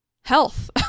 health